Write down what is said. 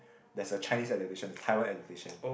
there's a Chinese adaptation a Taiwan adaptation